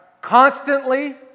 Constantly